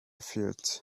fields